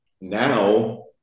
now